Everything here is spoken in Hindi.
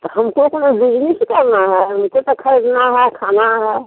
तो हमको कोनो बिजनिस करना है हमको तो खरीदना है खाना है